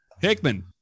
hickman